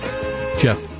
Jeff